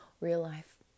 real-life